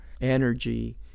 energy